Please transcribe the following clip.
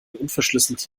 unverschlüsselte